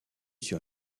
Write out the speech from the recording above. sur